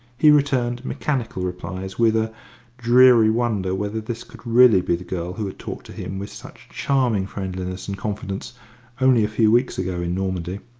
he returned mechanical replies, with a dreary wonder whether this could really be the girl who had talked to him with such charming friendliness and confidence only a few weeks ago in normandy.